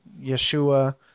Yeshua